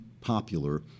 popular